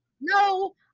No